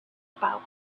about